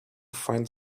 find